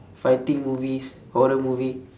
fighting movies horror movie